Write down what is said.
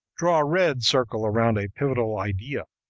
draw a red circle around a pivotal idea,